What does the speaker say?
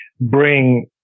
bring